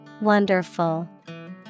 Wonderful